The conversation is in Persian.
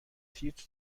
تیتر